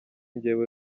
njyewe